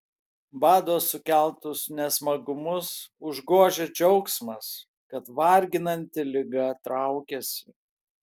bado sukeltus nesmagumus užgožia džiaugsmas kad varginanti liga traukiasi